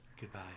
Goodbye